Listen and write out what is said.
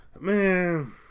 Man